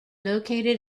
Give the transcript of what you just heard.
located